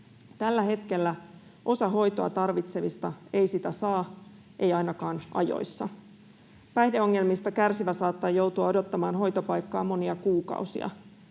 Tällä hetkellä osa hoitoa tarvitsevista ei sitä saa — ei ainakaan ajoissa. Päihdeongelmista kärsivä saattaa joutua odottamaan hoitopaikkaa monia kuukausia,